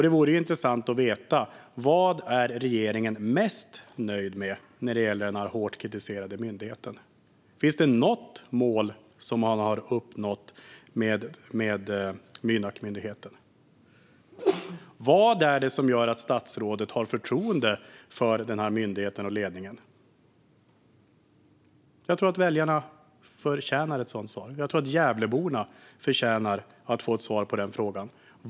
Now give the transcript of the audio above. Det vore intressant att veta vad regeringen är mest nöjd med när det gäller den hårt kritiserade myndigheten. Finns det något mål som man har uppnått med Mynak? Vad är det som gör att statsrådet har förtroende för myndigheten och ledningen? Väljarna och Gävleborna förtjänar svar.